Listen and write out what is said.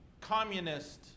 communist